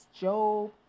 Job